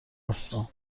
هستم